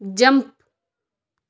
jump